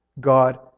God